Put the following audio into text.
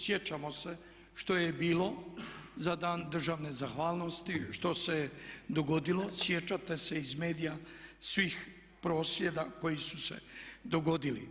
Sjećamo se što je bilo za Dan državne zahvalnosti, što se dogodilo, sjećate se iz medija svih prosvjeda koji su se dogodili.